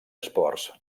esports